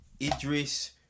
Idris